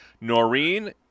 Noreen